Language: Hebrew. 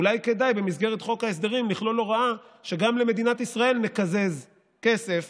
אולי כדאי במסגרת חוק ההסדרים לכלול הוראה שגם למדינת ישראל נקזז כסף